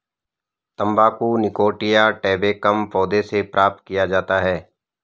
तंबाकू निकोटिया टैबेकम पौधे से प्राप्त किया जाता है